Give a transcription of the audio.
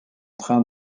train